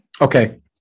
Okay